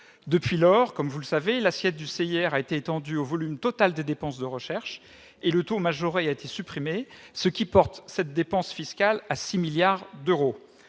Depuis lors, comme vous le savez, l'assiette du CIR a été étendue au volume total des dépenses de recherche, et le taux majoré a été supprimé. Ainsi cette dépense fiscale a-t-elle atteint 6 milliards d'euros.